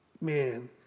Man